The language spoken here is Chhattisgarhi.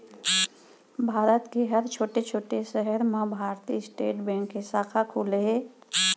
भारत के हर छोटे छोटे सहर म भारतीय स्टेट बेंक के साखा खुले हे